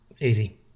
Easy